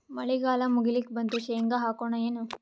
ಮಳಿಗಾಲ ಮುಗಿಲಿಕ್ ಬಂತು, ಶೇಂಗಾ ಹಾಕೋಣ ಏನು?